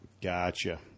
Gotcha